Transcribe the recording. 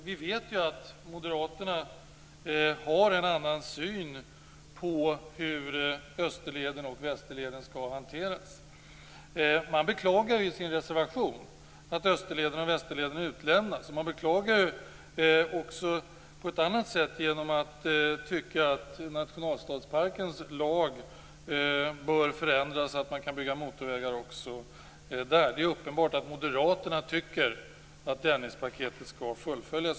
Vi vet ju att Moderaterna har en annan syn på hur Österleden och Västerleden skall hanteras. Man beklagar i sin reservation att Österleden och Västerleden utelämnas. Man beklagar sig också genom att tycka att lagen om Nationalstadsparken bör förändras så att man kan bygga motorvägar även där. Det är uppenbart att Moderaterna tycker att Dennispaketet skall fullföljas.